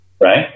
Right